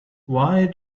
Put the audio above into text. why